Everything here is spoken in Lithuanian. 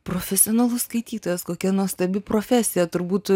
profesionalus skaitytojas kokia nuostabi profesija turbūt